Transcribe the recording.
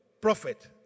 Prophet